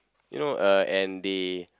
you know uh and they